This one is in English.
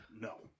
No